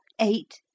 eight